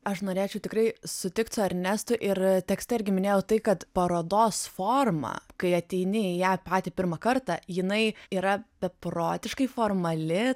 aš norėčiau tikrai sutikt su ernestu ir tekstą irgi minėjau tai kad parodos forma kai ateini į ją patį pirmą kartą jinai yra beprotiškai formali